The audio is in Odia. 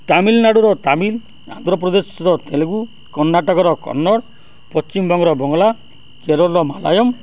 ତାମିଲନାଡ଼ୁର ତାମିଲ ଆନ୍ଧ୍ରପ୍ରଦେଶର ତେଲୁଗୁ କର୍ଣ୍ଣାଟକର କନ୍ନଡ଼ ପଶ୍ଚିମବଙ୍ଗର ବଙ୍ଗଳା କେରଳର ମାଲାୟଲମ୍